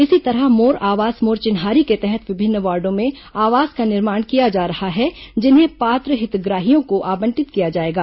इसी तरह मोर आवास मोर चिन्हारी के तहत विभिन्न वार्डो में आवास का निर्माण किया जा रहा है जिन्हें पात्र हितग्राहियों को आवंटित किया जाएगा